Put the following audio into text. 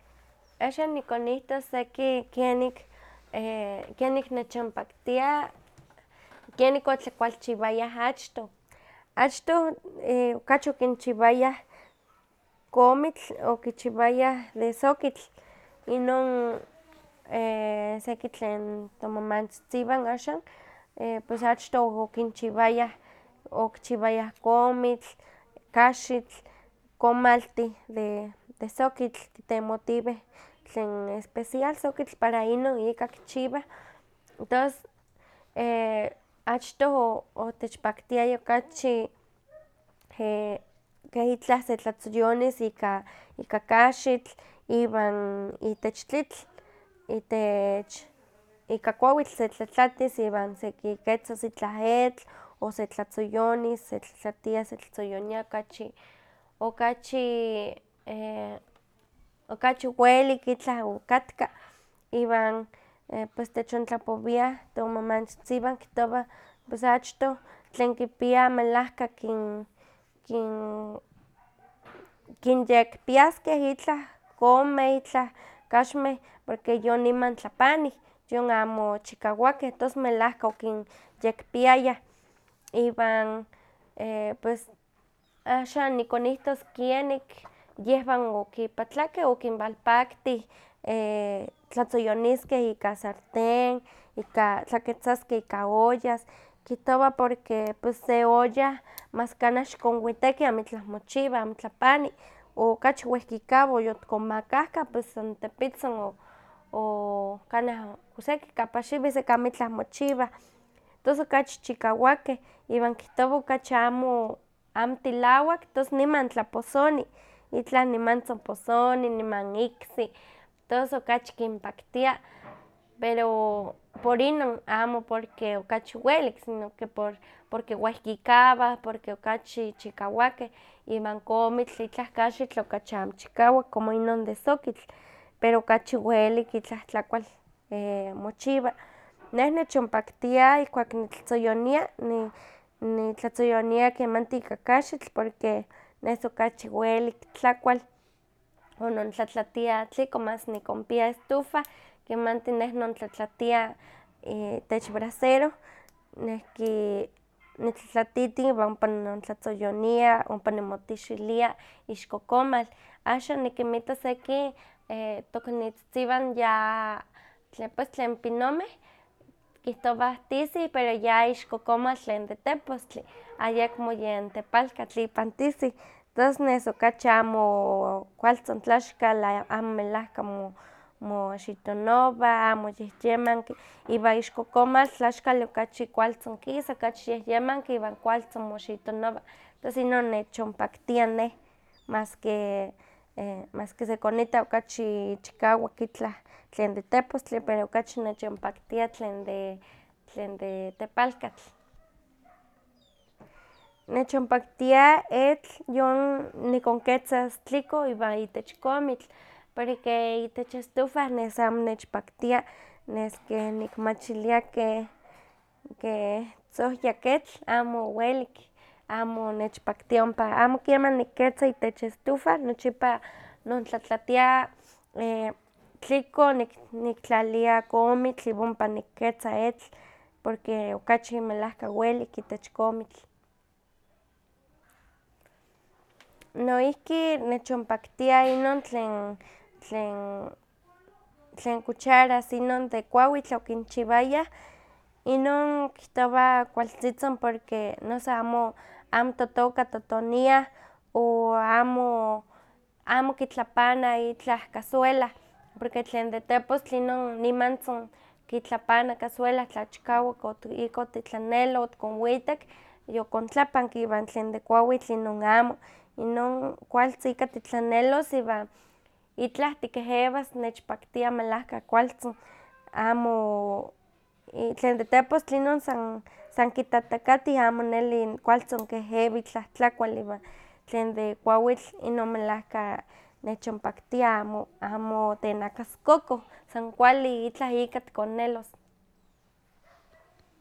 Axan nikonihtos seki kenik kenik nechonpaktia, kenik otlakualchiwayah achtoh, achtoh okachi okinchiwayah komitl okichiwayah de sokitl, inon seki tlen tomamantzitziwan axan pues achtoh okinchiwayah okichiwayah komitl, kaxitl, komaltih de de sokitl kitemotiweh tlen especial sokitl tlen para inon ika kichiwa, tos achtoh o- otechpaktiaya okachi keh itlah setlatzoyonis ika kaxitl iwan itech tlitl, itech ika kuawitl setlatlatis iwan sekiketzas itlah etl, o setlatzoyonis, setlatlatia setlatzoyonia okachi okachi okachi welik itlah okatka, iwan pues techontlapowiah tomamantzitziwan, pues ahctoh tlen kipia melahka kin- kin- kinyekpiaskeh itlah konmeh, itlah kaxmeh, porque yon niman tlapanih, yon amo chikawakeh, tos melahka okinyekpiayah, iwan pues axan nikonihtos kienik yehwan okipatlakeh okinwalpaktih tlatzoyoniskeh ika sartén, tlaketzaskeh ika ollas, kihtowa porque se olla mas kanah xikonwiteki amitlah mochiwa, amo tlapani, okachi wehkikawa, o yotikonmakahka pues san tepitzin o- o- kanah o seki kapaxiwih, seki amitlah mochiwah, tos okachi chiwakakeh, iwan kihtowa okachi amo amotilawak, tos niman tlaposoni, itlah nimantzin posoni, niman iksi, tos okachi kinpaktia, pero por inon amo porque okachi welik, sino por porque wehkikawah, proque okachi chikawakeh, iwan komitl itlah kaxitl okachi amo chikawak, como inon de sokitl, pero okachi welik itlah tlakual mochiwa. Neh nechonpaktia ihkuak nitlatzoyonia, ni- nitlatzoyonia kemanti ika kaxitl porque nes okachi welik tlakual, onontlatlatia tliko, mas nikonpia estufa, kemanti neh nontlatlatia itech brasero, nehki, nitlatlatitin iwan ompa nontlatzoyonia, ompa nonmotixilia ixko komal. Axan nikinmita seki toknitztitziwan ya, pues tlen pinomeh, kihtowah tisih pero ya ixko komal tlen de tespostli, ayekmo yen tepalkatl ipan tisih, tos nes okachi amo kualtzin tlaxkal, amo melahka moxitonowa, amo yehyemanki, iwan ixko komal tlaxkali okachi kualtzin kisa, okachi yehyemanki, iwan kualtzin moxitonowa, tos inon nechonpaktia neh, maske, maske sekonita okachi chikawak tlen de tepostli pero okachi nechonpaktia tlen de, tlen de tepalkatl, nechonpaktia etl, yon nikonketzas tliko itech komitl, porque itech estufa nes amo nechpaktia, nes keh nikmachilia keh keh tzohyak etl, amo welik amo nechpaktia ompa, amo keman niketza itech estufa, nochipa nontlatlatia tliko niktlali komitl, iwa ompa niketza etl, porque okachi melahka welik itech komitl. Noihki nechonpaktia inon tlen tlen cucharas inon de kuawitl okinchiwayah, inon kihtowa kualtzitzin porque noso amo amototka totoniah, o amo amo kitlapana itlah cazuela, porque tlen de tepostli inon nimantzin kitlapana cazuela tla chikawak oti- ikotitlaneloh, otikonwitek, yokontlapanki, iwan tlen de kuawitl inon amo, inon kualtzin ika titlanelos iwan itlah tikehewas, nechpaktia melahka kualtzin, amo tlen de tepostli inon san san kitatakatih, amo neli kualtzin kehewa itlah tlakuali, iwan tlen de kuawitl inon melahka nechonpaktia, amo, amo tenakaskokoh, san kuali itlah tikonnelos.